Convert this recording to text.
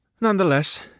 Nonetheless